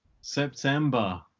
September